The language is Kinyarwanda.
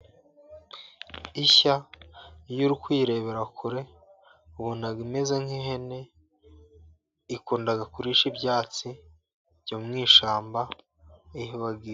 Isha iyo uri kuyirebera kure ubona imeze nk'ihene. Ikunda kurisha ibyatsi byo mu ishyamba iba.